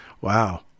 wow